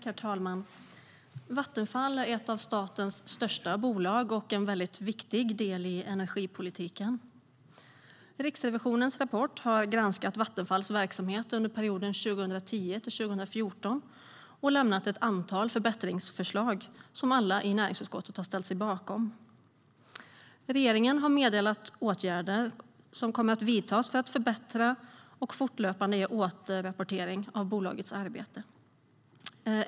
Herr talman! Vattenfall är ett av statens största bolag och en väldigt viktig del i energipolitiken. I Riksrevisionens rapport har man granskat Vattenfalls verksamhet under perioden 2010-2014 och lämnat ett antal förbättringsförslag som alla i näringsutskottet ställt sig bakom. Regeringen har meddelat åtgärder som kommer att vidtas för en förbättrad och fortlöpande återrapportering av bolagets arbete.